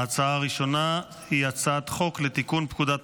ההצעה הראשונה היא הצעת חוק לתיקון פקודת